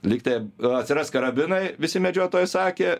lyg tai atsiras karabinai visi medžiotojai sakė